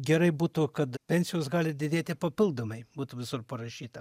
gerai būtų kad pensijos gali didėti papildomai būtų visur parašyta